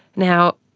now,